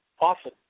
often